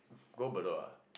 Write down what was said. go Bedok ah